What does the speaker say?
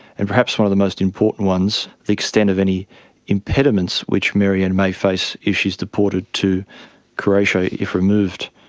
and perhaps one of the most important ones, the extent of any impediments which maryanne may face if she is deported to croatia if removed.